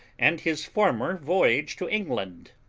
and his former voyage to england.